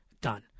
done